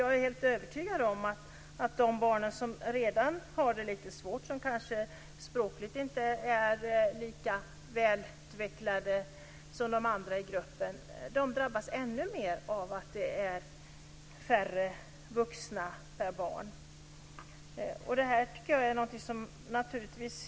Jag är helt övertygad om att de barn som redan har det lite svårt - som språkligt kanske inte är lika välutvecklade som de andra i gruppen - drabbas ännu mer av att det finns färre vuxna per barn.